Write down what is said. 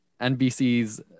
NBC's